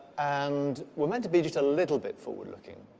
and we're meant to be just a little bit forward-looking.